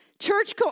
Church